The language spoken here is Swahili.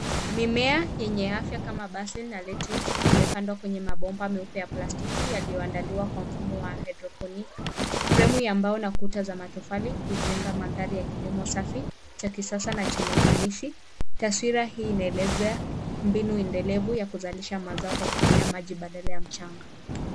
Mimea yenye afya kama basi na lettuce imepandwa kwenye mabomba meupe ya plastiki yaliyoandaliwa kwa mfumo wa hydroponic . Fremu ya mbao na kuta wa matofali hujenga mandhari ya kilimo safi cha kisasa na chenye ufanisi. Taswira hii inaelezea mbinu endelevu ya kuzalisha mazao kwa kutumia maji badala ya mchanga.